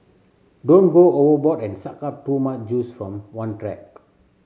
don't go overboard and suck up too much juice from one track